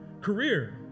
career